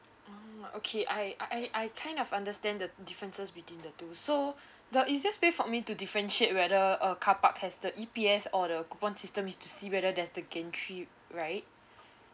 oh okay I I I kind of understand the differences between the two so the easiest way for me to differentiate whether a carpark has the E_P_S or the coupon system is to see whether there's the gantry right